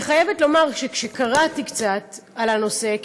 אני חייבת לומר שכאשר קראתי קצת על הנושא,